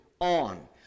on